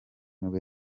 nibwo